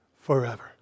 forever